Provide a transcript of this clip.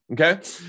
Okay